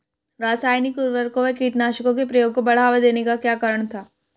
रासायनिक उर्वरकों व कीटनाशकों के प्रयोग को बढ़ावा देने का क्या कारण था?